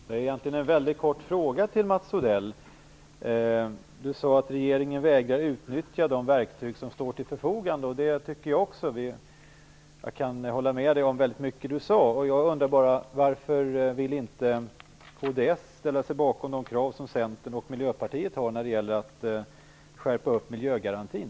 Herr talman! Jag har bara en kort fråga till Mats Odell. Du sade att regeringen vägrar att utnyttja de verktyg som står till förfogande, och det tycker också jag. Jag kan hålla med om väldigt mycket som Mats Odell sade. Jag undrar bara varför Kristdemokraterna inte vill ställa sig bakom de krav som Centern och Miljöpartiet för fram när det gäller att skärpa miljögarantin.